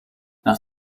nach